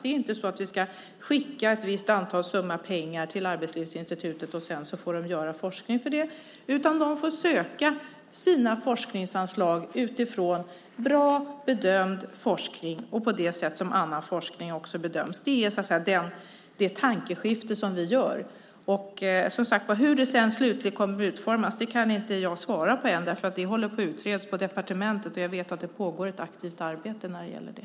Vi ska inte skicka en viss summa pengar till Arbetslivsinstitutet och låta dem forska för den. De får söka sina forskningsanslag utifrån bra bedömd forskning på det sätt som annan forskning bedöms. Det är det tankeskifte som vi gör. Hur det slutligen kommer att utformas kan jag inte svara på ännu. Det håller på att utredas på departementet. Jag vet att det pågår ett aktivt arbete med det.